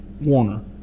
Warner